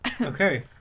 Okay